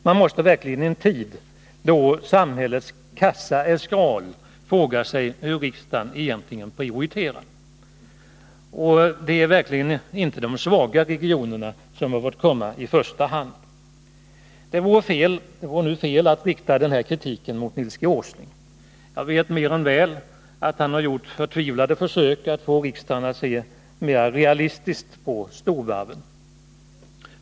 Man måste verkligen i en tid då samhällets kassa är skral fråga sig hur riksdagen egentligen prioriterar. Det är sannerligen inte de svaga regionerna som fått komma i första hand. Det vore fel att rikta den här kritiken mot Nils G. Åsling. Jag vet mer än väl att han gjort förtvivlade försök att få riksdagen att se mera realistiskt på storvarven.